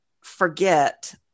forget